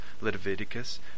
Leviticus